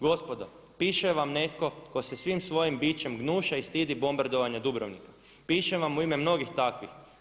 Gospodo piše vam netko tko se svim svojim bićem gnuša i stidi bombardovanja Dubrovnika, pišem vam u ime mnogih takvih.